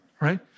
right